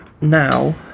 now